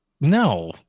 No